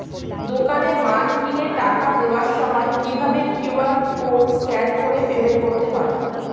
দোকানে মাল কিনে টাকা দেওয়ার সময় কিভাবে কিউ.আর কোড স্ক্যান করে পেমেন্ট করতে হয়?